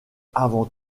avant